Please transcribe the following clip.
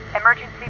emergency